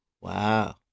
Wow